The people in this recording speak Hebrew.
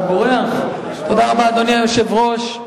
אדוני היושב-ראש.